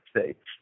States